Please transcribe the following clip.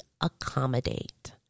accommodate